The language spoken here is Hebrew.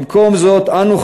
במקום זאת אנו,